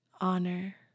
honor